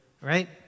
Right